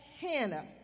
Hannah